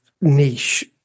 niche